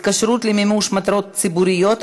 (התקשרות למימוש מטרות ציבוריות),